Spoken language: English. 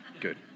good